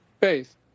faith